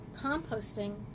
composting